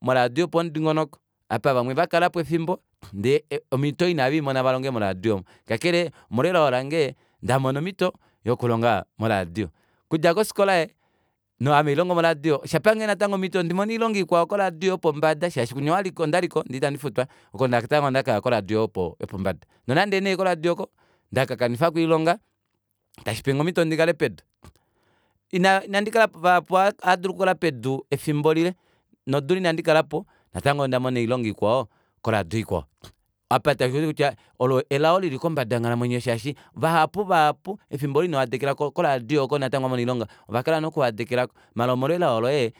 Moradio yopomudingonoko apa vamwe vakalapo efimbo ndee omito oyo ina veimona valonge moradio kakele omolwo elao lange ndamona omito yokulonga moradio okudja kofikola ame hailongo moradio oshapange natango omito ndimone oilonga ikwao ndilonge moradio yopombada shaashi kutya ondaliko ndee itandifutwa oko natango ndakaya koradio yopombada nonande nee koradio oko ndakakanifako oilonga tashipenge omito ndikale pedu ina ndikakala pedu efimbo lile nodula inandikalapo natango ondamona oilonga ikwao koradio ikwao apa tashikuulikile kutya olo elao lili kombada yonghalamwenyo yange shaashi vahapu vahapu efimbo olo inohadekela koradio oko natango inomona oilonga ovakala noku hadekelako maala omolwe elao loye